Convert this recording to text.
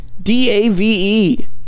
d-a-v-e